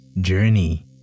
journey